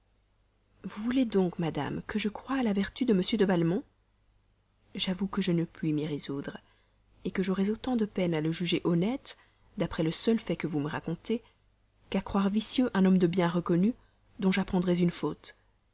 vous voulez donc madame que je croie à la vertu de m de valmont j'avoue que je ne puis m'y résoudre que j'aurais autant de peine à le juger honnête d'après le fait isolé que vous me racontez qu'à croire vicieux un homme de bien reconnu dont j'apprendrais une faute